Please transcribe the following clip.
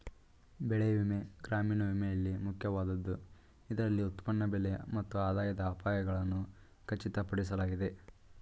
ಬೆಳೆ ವಿಮೆ ಗ್ರಾಮೀಣ ವಿಮೆಯಲ್ಲಿ ಮುಖ್ಯವಾದದ್ದು ಇದರಲ್ಲಿ ಉತ್ಪನ್ನ ಬೆಲೆ ಮತ್ತು ಆದಾಯದ ಅಪಾಯಗಳನ್ನು ಖಚಿತಪಡಿಸಲಾಗಿದೆ